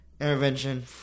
Intervention